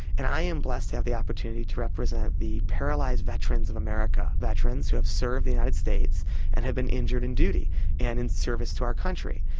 and i am blessed to have the opportunity to represent the paralysed veterans of america, veterans who have served the united states and have been injured in duty and in service to our country.